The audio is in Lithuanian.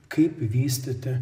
kaip vystyti